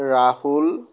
Rahul